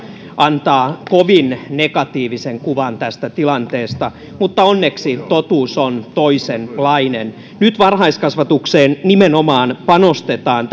antaa kovin negatiivisen kuvan tästä tilanteesta mutta onneksi totuus on toisenlainen nyt varhaiskasvatukseen nimenomaan panostetaan